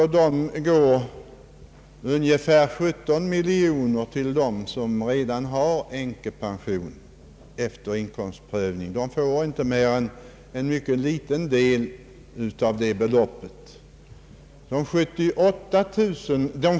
Av detta belopp går ungefär 17 miljoner kronor till dem som redan har änkepension efter inkomstprövning. De får endast en mycket liten del av det beloppet.